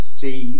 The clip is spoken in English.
see